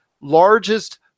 largest